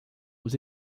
aux